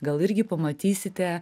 gal irgi pamatysite